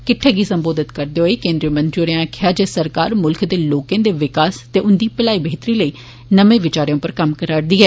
किट्ठै गी संबोधित करदे होई केंद्रीय मंत्री होरें आक्खेआ जे सरकार मुल्ख दे लोकें दे विकास ते उंदी मलाई लेई नमें विचारें उप्पर कम्म करा रदी ऐ